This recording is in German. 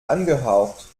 angehaucht